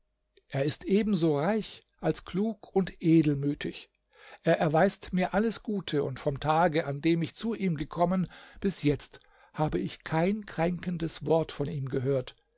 er ebenso reich als klug und edelmütig er erweist mir alles gute und vom tage an dem ich zu ihm gekommen bis jetzt habe ich kein kränkendes wort von ihm gehört